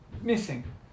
missing